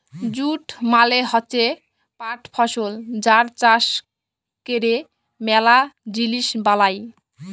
jute মালে হচ্যে পাট ফসল যার চাষ ক্যরে ম্যালা জিলিস বালাই